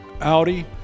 Audi